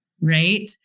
Right